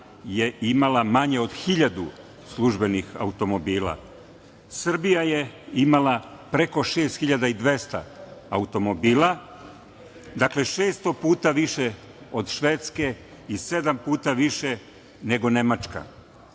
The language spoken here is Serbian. je imala manje od 1.000 službenih automobila. Srbija je imala preko 6.200 automobila. Dakle, 600 puta više od Švedske i sedam puta više nego Nemačka. Kada